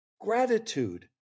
gratitude